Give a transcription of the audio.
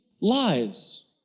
lies